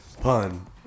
Pun